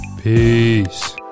Peace